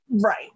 Right